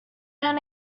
then